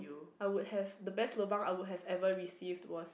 I would have the best lobang I would have received was